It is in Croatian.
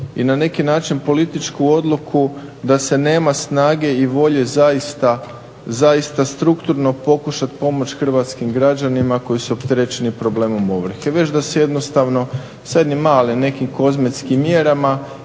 i na neki način političku odluku da se nema snage i volje zaista strukturno pokušat pomoći hrvatskim građanima koji su opterećeni problemom ovrhe već da se jednostavno sa jednim malim nekim kozmetskim mjerama